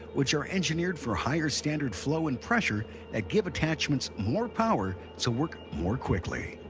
which are engineered for higher standard flow and pressure that give attachments more power to work more quickly.